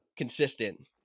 consistent